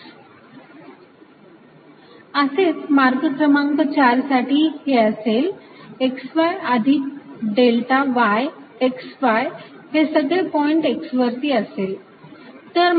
dl।3 ExX ExxyX Ex∂yYX असेच मार्ग क्रमांक 4 साठी हे असेल xy अधिक डेल्टा y xy हे सगळे पॉईंट x वरती असेल